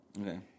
Okay